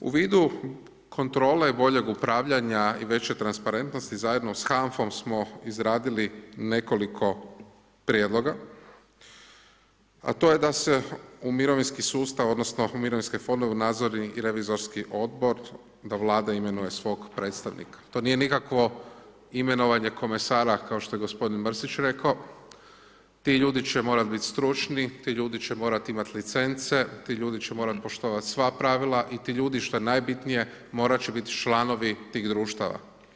U vidu kontrole boljeg upravljanja i veće transparentnosti zajedno s HANFOM smo izradili nekoliko prijedloga, a to je da se u mirovinski sustav odnosno u mirovinske fondove u nadzorni i revizorski odbor, da Vlada imenuje svog predstavnika to nije nikakvo imenovanje komesara kao što je gospodin Mrsić rekao, ti ljudi će morat bit stručni, ti ljudi će morat imat licence, ti ljudi će morat poštovat sva pravila i ti ljudi što je najbitnije morat će biti članovi tih društava.